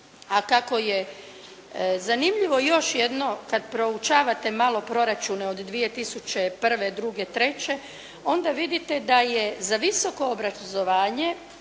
A kako je zanimljivo još jedno kad proučavate malo proračune od 2001., '02., '03. onda vidite da je za visoko obrazovanje,